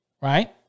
right